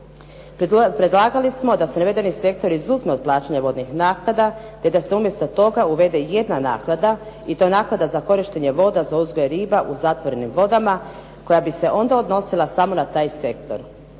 Predlagali smo da se navedeni sektor izuzme od plaćanja vodnih naknada, te da se umjesto toga uvede jedna naknada i to naknada za korištenje voda za uzgoj riba u zatvorenim vodama, koja bi se onda odnosila samo na taj sektor.